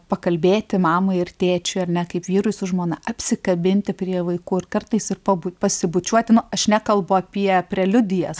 pakalbėti mamai ir tėčiui ar ne kaip vyrui su žmona apsikabinti prie vaikų ir kartais ir pabū pasibučiuoti nu aš nekalbu apie preliudijas